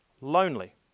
lonely